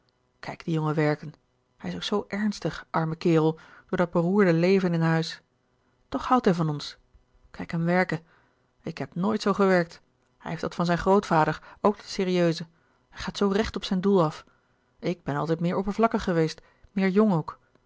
kijk dien jongen werken hij is ook zoo ernstig arme kerel louis couperus de boeken der kleine zielen door dat beroerde leven in huis toch houdt hij van ons kijk hem werken ik heb nooit zoo gewerkt hij heeft dat van zijn grootvader ook dat serieuze hij gaat zoo recht op zijn doel af ik ben altijd meer oppervlakkig geweest meer jong ook